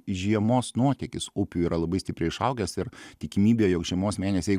žiemos nuotekis upių yra labai stipriai išaugęs ir tikimybė jog žiemos mėnesiai